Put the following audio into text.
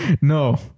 No